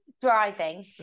driving